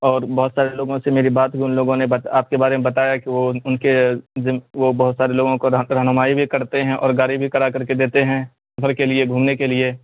اوربہت سارے لوگوں سے میری بات ہوئی ان لوگوں نے آپ کے بارے میں بتایا کہ وہ ان کے وہ بہت سارے لوگوں کو رہنمائی بھی کرتے ہیں اور گاڑی بھی کرا کر کے دیتے ہیں سفر کے لیے گھومنے کے لیے